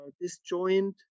disjoint